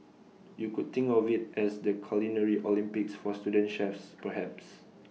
you could think of IT as the culinary Olympics for student chefs perhaps